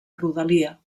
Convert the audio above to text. rodalia